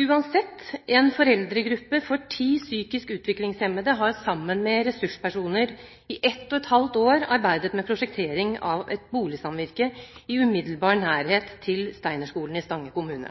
Uansett – en foreldregruppe for ti psykisk utviklingshemmede har sammen med ressurspersoner i ett og et halvt år arbeidet med prosjektering av et boligsamvirke i umiddelbar nærhet til steinerskolen i Stange kommune.